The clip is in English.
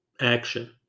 action